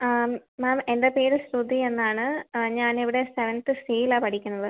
മാം എൻ്റെ പേര് ശ്രുതി എന്നാണ് ഞാൻ ഇവിടെ സെവൻത് സിയിലാണ് പഠിക്കുന്നത്